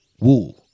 wool